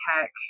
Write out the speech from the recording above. tech